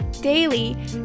daily